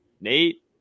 Nate